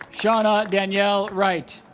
shauna danielle wright